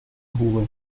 rua